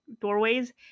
doorways